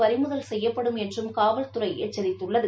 பறிமுதல் செய்யப்படும் என்றும் காவல்துறை எச்சரித்துள்ளது